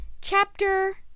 Chapter